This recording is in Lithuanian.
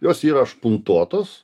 jos yra špuntuotos